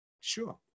Sure